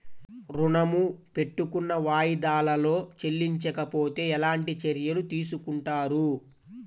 ఋణము పెట్టుకున్న వాయిదాలలో చెల్లించకపోతే ఎలాంటి చర్యలు తీసుకుంటారు?